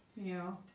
you